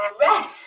rest